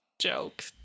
joke